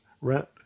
rent